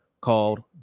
called